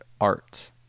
art